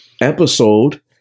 episode